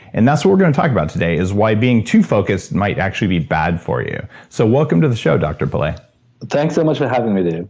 and that's what we're gonna talk about today, is why being too focused might actually be bad for you. so welcome to the show, dr pillay thanks so much for having me, dave.